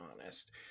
honest